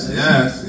yes